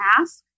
ask